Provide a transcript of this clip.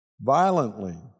violently